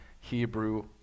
Hebrew